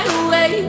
away